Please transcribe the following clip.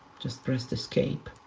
just pressed escape.